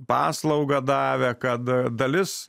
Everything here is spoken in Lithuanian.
paslaugą davė kad dalis